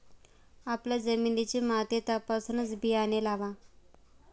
आपल्या जमिनीची माती तपासूनच बियाणे लावा